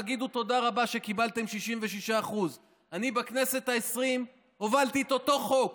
תגידו תודה רבה שקיבלתם 66%. אני בכנסת העשרים הובלתי את אותו חוק